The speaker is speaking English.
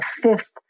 fifth